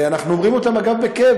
ואנחנו אומרים אותם, אגב, בכאב.